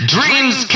Dreams